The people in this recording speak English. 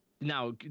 now